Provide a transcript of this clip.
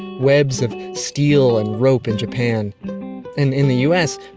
webs of steel and rope in japan, and in the u s,